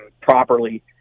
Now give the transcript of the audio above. properly